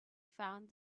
found